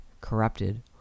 corrupted